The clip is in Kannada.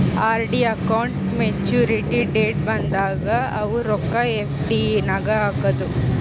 ಆರ್.ಡಿ ಅಕೌಂಟ್ ಮೇಚುರಿಟಿ ಡೇಟ್ ಬಂದಾಗ ಅವು ರೊಕ್ಕಾ ಎಫ್.ಡಿ ನಾಗ್ ಹಾಕದು